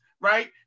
right